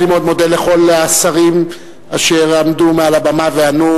אני מאוד מודה לכל השרים אשר עמדו מעל הבמה וענו